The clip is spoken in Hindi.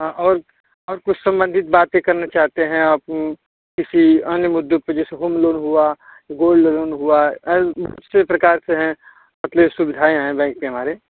हाँ और और कुछ संबंधित बातें करना चाहते हैं आप किसी अन्य मुद्दों पे जैसे होम लोन हुआ गोल्ड लोन हुआ इसी प्रकार से हैं अपनी सुविधाएँ हैं बैंक की हमारे